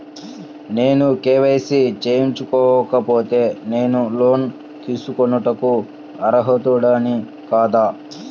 నేను కే.వై.సి చేయించుకోకపోతే నేను లోన్ తీసుకొనుటకు అర్హుడని కాదా?